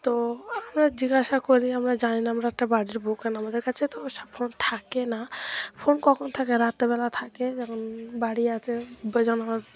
তো আমরা জিজ্ঞাসা করি আমরা জানি না আমরা একটা বাড়ির বউ কেন আমাদের কাছে তো ওসব ফোন থাকে না ফোন কখন থাকে রাত্রিবেলা থাকে যখন বাড়ি আসে ওই যখন আমার